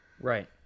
Right